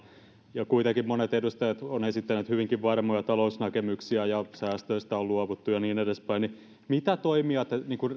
ja kuitenkin monet edustajat ovat esittäneet hyvinkin varmoja talousnäkemyksiä ja säästöistä on luovuttu ja niin edespäin mitä toimia te